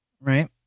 right